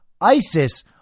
ISIS